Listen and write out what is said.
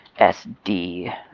sd